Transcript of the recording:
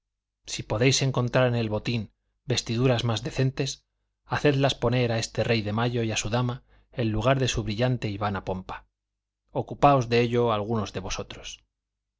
si podéis encontrar en el botín vestiduras más decentes hacedlas poner a este rey de mayo y a su dama en lugar de su brillante y vana pompa ocupaos de ello algunos de vosotros